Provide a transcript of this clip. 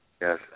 Yes